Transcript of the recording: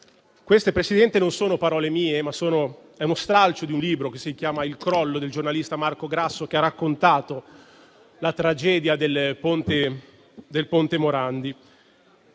Queste, Presidente, non sono parole mie, ma è lo stralcio di un libro che si chiama «Il crollo», del giornalista Marco Grasso, che ha raccontato la tragedia del ponte Morandi.